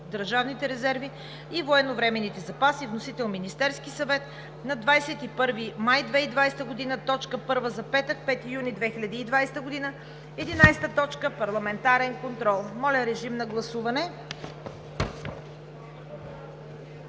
държавните резерви и военновременните запаси. Вносител – Министерският съвет на 21 май 2020 г. – точка първа за петък, 5 юни 2020 г. 10. Парламентарен контрол.“ Моля, режим на гласуване.